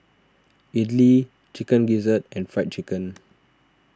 Idly Chicken Gizzard and Fried Chicken